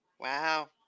Wow